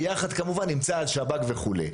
יחד כמובן נמצא השב"כ וכו',